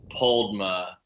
poldma